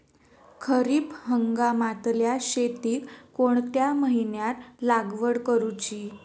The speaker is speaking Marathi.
खरीप हंगामातल्या शेतीक कोणत्या महिन्यात लागवड करूची?